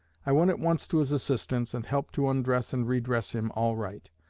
i went at once to his assistance, and helped to undress and re-dress him all right,